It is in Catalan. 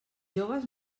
joves